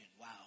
wow